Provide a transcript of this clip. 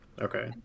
Okay